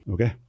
Okay